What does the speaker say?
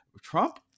Trump